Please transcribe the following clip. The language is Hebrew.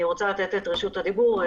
אני רוצה לתת את רשות הדיבור,